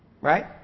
Right